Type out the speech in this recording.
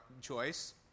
choice